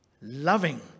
loving